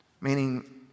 Meaning